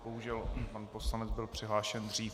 Bohužel pan poslanec byl přihlášen dřív.